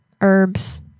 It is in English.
Herbs